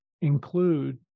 include